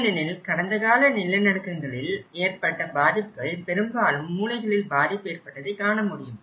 ஏனெனில் கடந்தகால நிலநடுக்கங்களில் ஏற்பட்ட பாதிப்புகளில் பெரும்பாலும் மூலைகளில் பாதிப்பு ஏற்பட்டதை காண முடியும்